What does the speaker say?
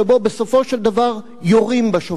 שבו בסופו של דבר יורים בשופט?